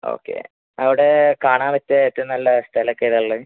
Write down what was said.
okay അവിടെ കാണാൻ പറ്റിയ ഏറ്റവും നല്ല സ്ഥലം ഒക്കെ എതാണ് ഉള്ളത്